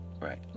Right